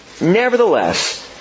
Nevertheless